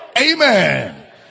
amen